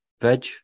Veg